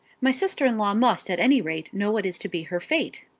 my sister-in-law must at any rate know what is to be her fate.